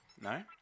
No